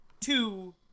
Two